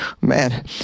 Man